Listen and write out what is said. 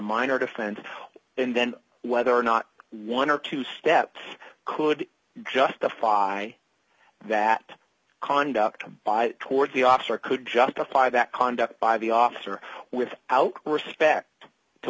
minor defendant and then whether or not one or two steps could justify that conduct by towards the officer could justify that conduct by the officer with out respect to